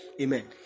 Amen